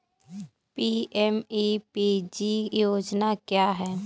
PMEPG योजना क्या है?